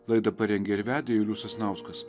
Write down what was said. laidą parengė ir vedė julius sasnauskas